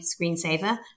screensaver